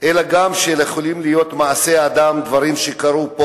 אלא גם על דברים שקרו פה.